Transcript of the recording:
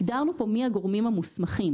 הגדרנו כאן מי הגורמים המוסמכים.